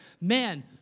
Man